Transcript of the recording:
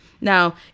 Now